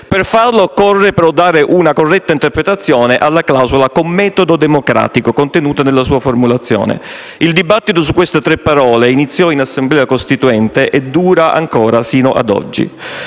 Per farlo, occorre però dare una corretta interpretazione alla clausola «con metodo democratico» contenuta nella sua formulazione. Il dibattito su quelle tre parole iniziò in Assemblea costituente e dura ancora oggi.